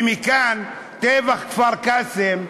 ומכאן, טבח כפר-קאסם,